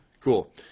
Cool